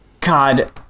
god